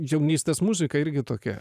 jaunystės muzika irgi tokia